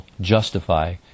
justify